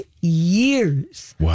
years